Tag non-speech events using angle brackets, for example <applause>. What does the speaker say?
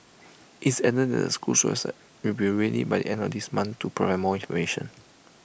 it's added that the school's <unintelligible> will be ready by end this month to provide more information